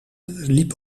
liep